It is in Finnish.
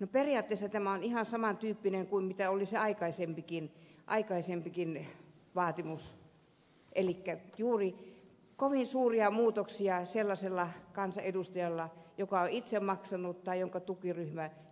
no periaatteessa tämä on ihan saman tyyppinen kuin mitä oli se aikaisempikin vaatimus elikkä kovin suuria muutoksia sellaisella kansanedustajalla joka on itse maksanut tai